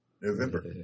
November